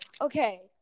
Okay